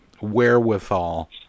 wherewithal